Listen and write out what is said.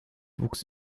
wuchs